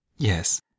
Yes